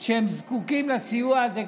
שהם זקוקים לסיוע הזה,